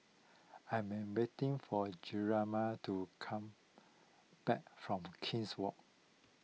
I am waiting for Jarama to come back from King's Walk